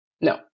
no